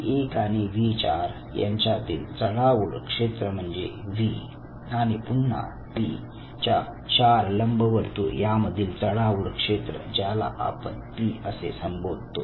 V 1 आणि V 4 यांच्यातील चढाओढ क्षेत्र म्हणजे व्ही आणि पुन्हा पी च्या चार लंबवर्तुळ यामधील चढाओढ क्षेत्र ज्याला आपण पी असे संबोधतो